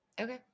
Okay